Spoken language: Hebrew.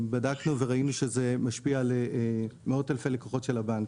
בדקנו וראינו שזה משפיע על מאות אלפי לקוחות של הבנק,